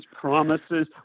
promises